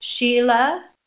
Sheila